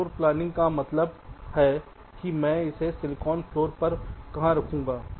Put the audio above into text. floor planning का मतलब है कि मैं इसे सिलिकॉन फ्लोर पर कहां रखूंगा